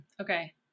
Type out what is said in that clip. Okay